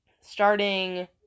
starting